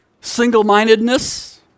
single-mindedness